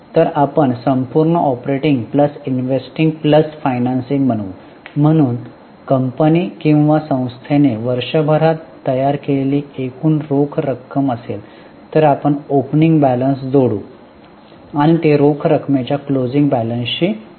तर आपण संपूर्ण operating plus investing plus financing बनवू म्हणजे कंपनी किंवा संस्थेने वर्षभरात तयार केलेली एकूण रोख रक्कम असेल तर आपण ओपनिंग बॅलन्स जोडू आणि ते रोख रकमेच्या क्लोजिंग बॅलन्सशी जुळेल